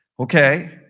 Okay